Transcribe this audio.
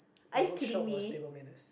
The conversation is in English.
my workshop was table manners